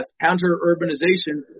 counter-urbanization